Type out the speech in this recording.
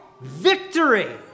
victory